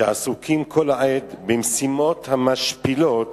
שעסוקים כל העת במשימות המשפילות